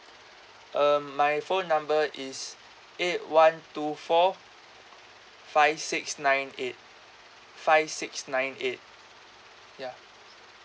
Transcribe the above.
uh my phone number is eight one two four five six nine eight five six nine eight ya